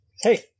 Hey